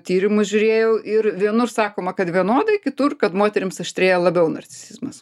tyrimus žiūrėjau ir vienur sakoma kad vienodai kitur kad moterims aštrėja labiau narcisizmas